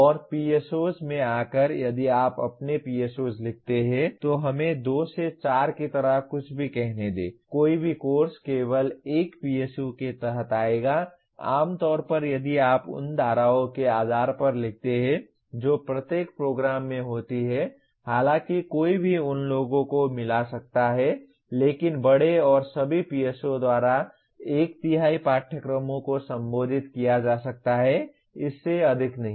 और PSOs में आकर यदि आप अपने PSOs लिखते हैं तो हमें 2 से 4 की तरह कुछ भी कहने दें कोई भी कोर्स केवल 1 PSO के तहत आएगा आम तौर पर यदि आप उन धाराओं के आधार पर लिखते हैं जो प्रत्येक प्रोग्राम में होती हैं हालांकि कोई भी उन लोगों को मिला सकता है लेकिन बड़े और सभी PSOs द्वारा एक तिहाई पाठ्यक्रमों को संबोधित किया जा सकता है इससे अधिक नहीं